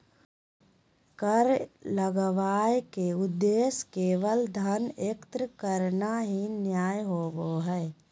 कर लगावय के उद्देश्य केवल धन एकत्र करना ही नय होबो हइ